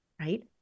right